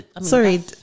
sorry